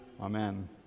Amen